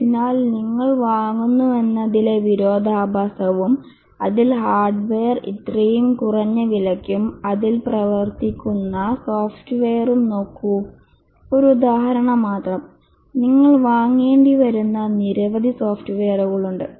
അതിനാൽ നിങ്ങൾ വാങ്ങുന്നുവെന്നതിലെ വിരോധാഭാസവും അതിൽ ഹാർഡ്വെയർ ഇത്രയും കുറഞ്ഞ വിലയ്ക്കും അതിൽ പ്രവർത്തിക്കുന്ന സോഫ്റ്റ്വെയറും നോക്കൂ ഒരു ഉദാഹരണം മാത്രം നിങ്ങൾ വാങ്ങേണ്ടി വരുന്ന നിരവധി സോഫ്റ്റ്വെയറുകൾ ഉണ്ട്